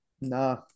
Nah